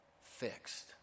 fixed